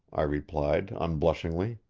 i replied unblushingly.